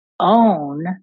own